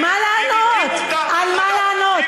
רק תענה לי, על מה לענות?